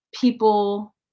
people